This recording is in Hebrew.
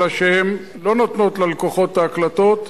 אלא שהן לא נותנות ללקוחות את ההקלטות,